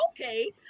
okay